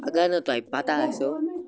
اگر نہٕ تۄہہِ پَتہ آسیو